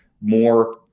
more